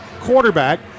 quarterback